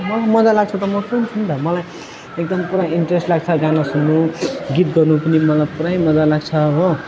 मलाई मजा लाग्छ त म सुन्छु नि त मलाई एकदम पुरा इन्ट्रेस्ट लाग्छ गाना सुन्नु गीत गाउनु पनि मलाई पुरै मजा लाग्छ हो